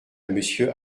monsieur